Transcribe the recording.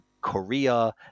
Korea